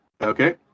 Okay